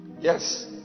yes